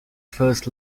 first